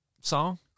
song